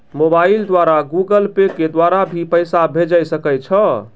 Mobile द्वारा Google Pay के द्वारा भी पैसा भेजै सकै छौ?